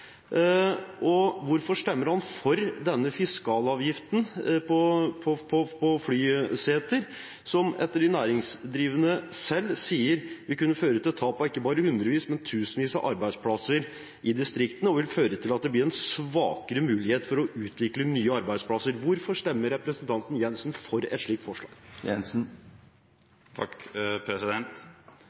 Og hvorfor stemmer han for denne fiskalavgiften på flyseter, som etter det de næringsdrivende selv sier, vil kunne føre til tap av ikke bare hundrevis, men tusenvis av arbeidsplasser i distriktene, og vil føre til at det blir en svakere mulighet til å utvikle nye arbeidsplasser? Hvorfor stemmer representanten Jenssen for et slikt forslag?